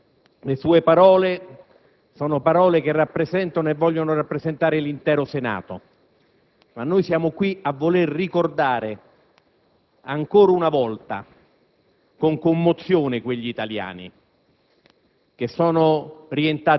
Presidente, le sue sono parole che rappresentano e vogliono rappresentare l'intero Senato, ma noi siamo qui a voler ricordare ancora una volta con commozione quegli italiani